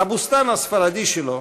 "הבוסתן הספרדי" שלו